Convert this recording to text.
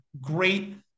great